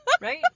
Right